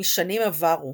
משנים עברו.